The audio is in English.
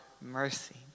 mercy